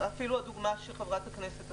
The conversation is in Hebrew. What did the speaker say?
אפילו הדוגמה שנתנה חברת הכנסת השכל,